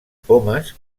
pomes